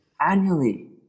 Annually